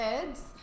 kids